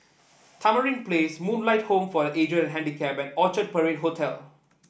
Tamarind Place Moonlight Home for The Aged and Handicapped and Orchard Parade Hotel